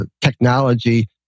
technology